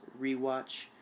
rewatch